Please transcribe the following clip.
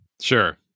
Sure